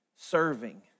serving